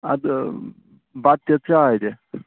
اَدٕ بَتہٕ تہِ تہٕ چاے تہِ